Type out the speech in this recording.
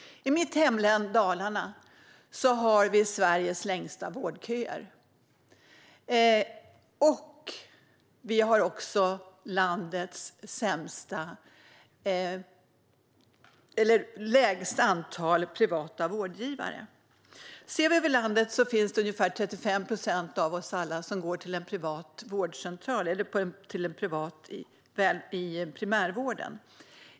I mitt hemlän Dalarna har vi Sveriges längsta vårdköer. Vi har också minst antal privata vårdgivare. I landet är det ungefär 35 procent av oss alla som går till en privat vårdcentral eller till en privat vårdgivare i primärvården.